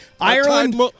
Ireland